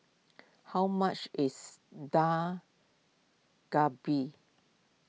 how much is Dak Galbi